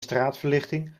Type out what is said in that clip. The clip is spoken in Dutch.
straatverlichting